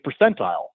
percentile